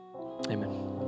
Amen